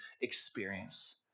experience